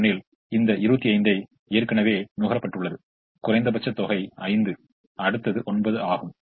எனவே இது a 8 8 7 6 ஆக மாறும் ஆக இது மீண்டும் 1 ஆகும்